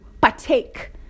partake